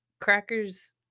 crackers